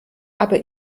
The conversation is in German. aber